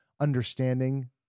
understanding